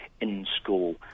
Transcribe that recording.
in-school